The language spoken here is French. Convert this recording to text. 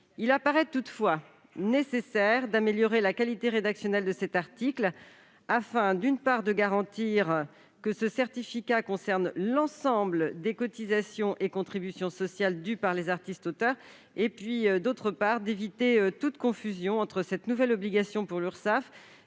Il paraît toutefois nécessaire d'améliorer la qualité rédactionnelle de cet article, afin, d'une part, de garantir que ce certificat porte bien sur l'ensemble des cotisations et contributions sociales dues par les artistes-auteurs, et, d'autre part, d'éviter toute confusion entre cette nouvelle obligation pesant sur l'Urssaf